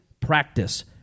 practice